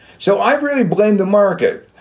so i really blame the market.